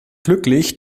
glücklich